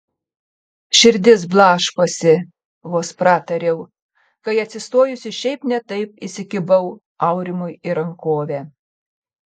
širdis blaškosi vos pratariau kai atsistojusi šiaip ne taip įsikibau aurimui į rankovę